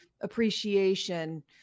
appreciation